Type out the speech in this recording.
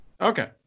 Okay